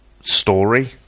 story